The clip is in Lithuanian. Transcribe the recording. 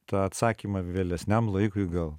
tą atsakymą vėlesniam laikui gal